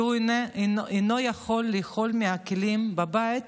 כי הוא אינו יכול לאכול מהכלים בבית,